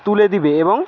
তুলে দেবে এবং